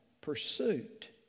pursuit